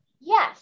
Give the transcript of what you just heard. Yes